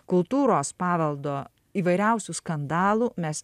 kultūros paveldo įvairiausių skandalų mes